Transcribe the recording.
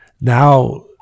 now